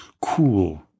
cool